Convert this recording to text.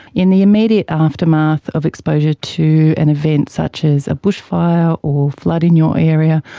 in the immediate aftermath of exposure to an event such as a bushfire or flood in your area,